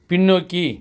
பின்னோக்கி